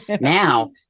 now